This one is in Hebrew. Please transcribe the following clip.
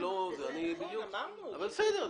אבל בסדר,